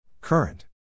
Current